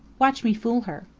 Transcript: watch me fool her.